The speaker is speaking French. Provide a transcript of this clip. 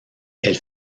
elle